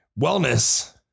Wellness